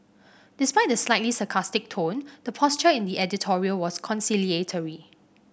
despite the slightly sarcastic tone the posture in the editorial was conciliatory